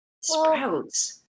Sprouts